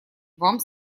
вам